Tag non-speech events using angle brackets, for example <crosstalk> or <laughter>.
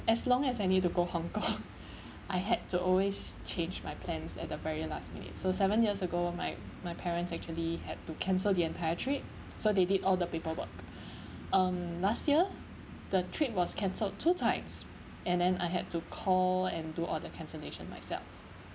as long as I need to go hong kong I had to always change my plans at the very last minute so seven years ago my my parents actually had to cancel the entire trip so they did all the paperwork <breath> um last year the trip was cancelled two times and then I had to call and do all the cancellation myself